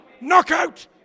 Knockout